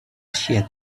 shear